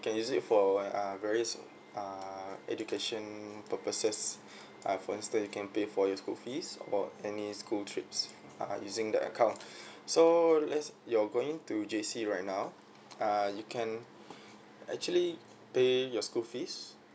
you can use it for uh varies uh education purposes uh for instance you can pay for your school fees or any school trips uh using that account so let's you're going to JC right now uh you can actually pay your school fees